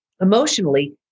Emotionally